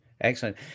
excellent